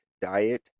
diet